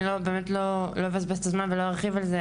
ואני לא אבזבז את הזמן ולא ארחיב על זה.